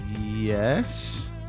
Yes